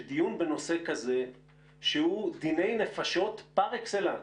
שדיון בנושא כזה שהוא דיני נפשות פר אקסלנס